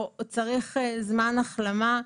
או צריך זמן החלמה,